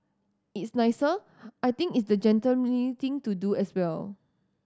it's nicer I think it's the gentlemanly thing to do as well